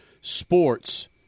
sports